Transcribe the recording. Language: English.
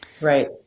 Right